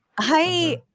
hi